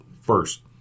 first